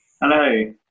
Hello